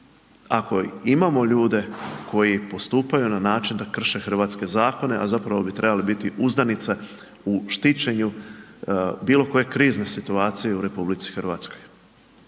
ako imamo ljude koji postupaju na način da krše hrvatske zakone a zapravo bi trebali biti uzdanica u štićenju bilo koje krizne situacije u RH. I to